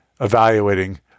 evaluating